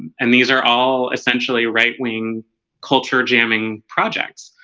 and these are all essentially right wing culture jamming projects